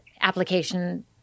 application